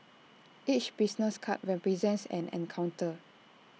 each business card represents an encounter